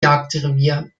jagdrevier